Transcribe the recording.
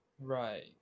Right